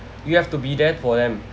you have to be there for them